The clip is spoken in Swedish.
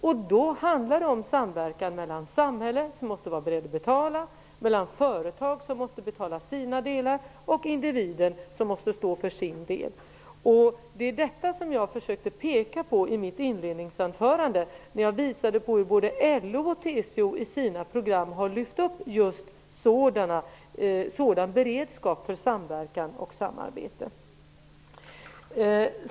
Det handlar om samverkan mellan samhället, som måste vara berett att betala, företag, som måste betala sina delar och individen, som måste stå för sin del. Det var detta jag försökte peka på i mitt inledningsanförande genom att tala om hur både LO och TCO i sina program har lyft upp just en sådan beredskap för samverkan och samarbete.